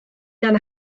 gan